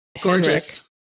gorgeous